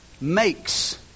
makes